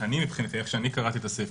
איך שאני קראתי את הסעיף,